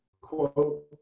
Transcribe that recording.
quote